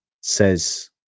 says